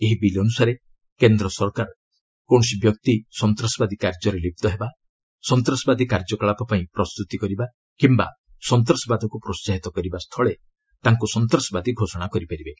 ଏହି ବିଲ୍ ଅନୁସାରେ କେନ୍ଦ୍ର ସରକାର କୌଣସି ବ୍ୟକ୍ତି ସନ୍ତାସବାଦୀ କାର୍ଯ୍ୟରେ ଲିପ୍ତ ହେବା ସନ୍ତାସବାଦୀ କାର୍ଯ୍ୟକଳାପ ପାଇଁ ପ୍ରସ୍ତୁତି କରିବା କିମ୍ବା ସନ୍ତାସବାଦକୁ ପ୍ରୋସାହିତ କରିବା ସ୍ଥୁଳେ ତାଙ୍କୁ ସନ୍ତାସବାଦୀ ଘୋଷଣା କରିପାରିବେ